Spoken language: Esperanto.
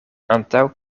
antaŭ